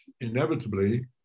inevitably